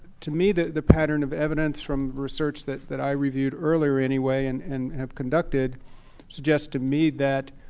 to me, the pattern of evidence from research that that i reviewed earlier any way and and have conducted suggests to me that